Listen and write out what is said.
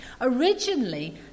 Originally